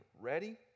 ready